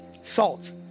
salt